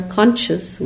conscious